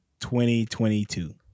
2022